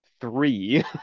three